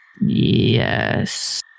Yes